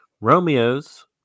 Romeos